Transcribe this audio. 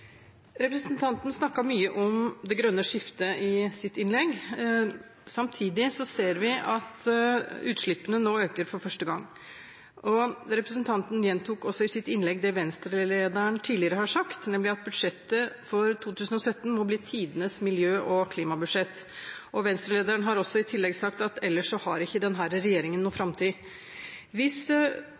øker for første gang. Representanten gjentok også i sitt innlegg det Venstre-lederen tidligere har sagt, nemlig at budsjettet for 2017 må bli tidenes miljø- og klimabudsjett. Venstre-lederen har i tillegg sagt at ellers har ikke denne regjeringen noen framtid. Hvis